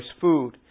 food